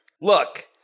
look